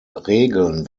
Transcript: regeln